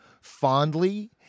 fondly